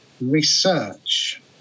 research